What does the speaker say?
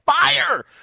fire